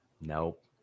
Nope